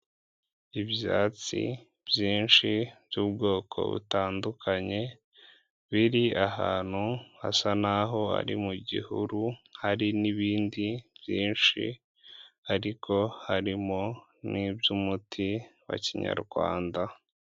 Ibyatsi byinshi by'ubwoko butandukanye biri ahantu hasa n'aho ari mu gihuru, hari n'ibindi byinshi, ariko harimo n'iby'umuti wa kinyarwanda.